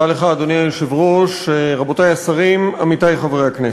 אדוני היושב-ראש, רבותי השרים, עמיתי חברי הכנסת,